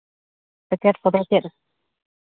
packet ᱠᱚᱫᱚ ᱪᱮᱫ ᱞᱮᱠᱟ